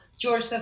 George